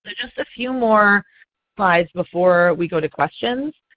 just a few more slides before we go to questions.